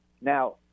Now